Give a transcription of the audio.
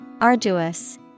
Arduous